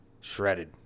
shredded